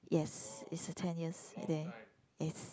yes is a ten years there yes